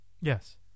Yes